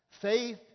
faith